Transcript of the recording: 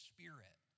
Spirit